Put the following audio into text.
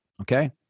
Okay